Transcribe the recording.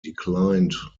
declined